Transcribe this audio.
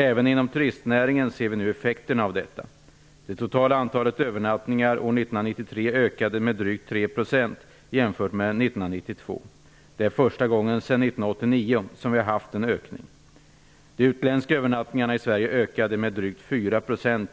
Även inom turistnäringen ser vi nu effekterna av detta. Det totala antalet övernattningar år 1993 ökade med drygt 3 % jämfört med år 1992. Det är första gången sedan år 1989 som vi har haft en ökning. De utländska övernattningarna i Sverige ökade med drygt 4 %